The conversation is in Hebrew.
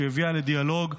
שהביאה לדיאלוג,